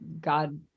god